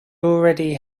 already